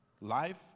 life